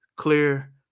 clear